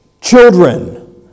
children